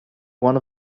one